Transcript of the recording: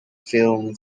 film